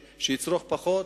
שיצרוך פחות,